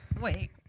Wait